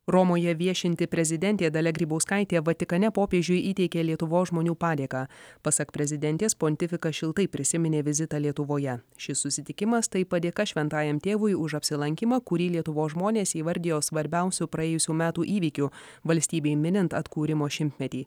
romoje viešinti prezidentė dalia grybauskaitė vatikane popiežiui įteikė lietuvos žmonių padėką pasak prezidentės pontifikas šiltai prisiminė vizitą lietuvoje šis susitikimas tai padėka šventajam tėvui už apsilankymą kurį lietuvos žmonės įvardijo svarbiausiu praėjusių metų įvykiu valstybei minint atkūrimo šimtmetį